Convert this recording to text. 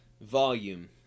volume